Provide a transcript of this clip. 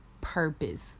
purpose